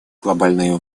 глобальные